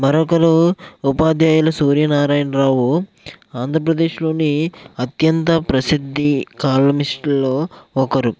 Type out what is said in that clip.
మరొకలు ఉపాధ్యాయులు సూర్యనారాయణ రావు ఆంధ్రప్రదేశ్లోని అత్యంత ప్రసిద్ధి కాలమిస్టుల్లో ఒకరు